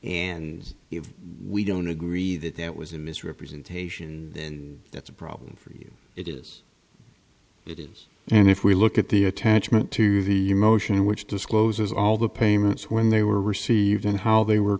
and if we don't agree that that was in misrepresentation then that's a problem for you it is it is and if we look at the attachment to the motion which discloses all the payments when they were received and how they were